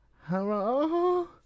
Hello